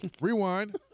Rewind